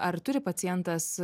ar turi pacientas